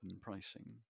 pricing